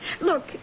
Look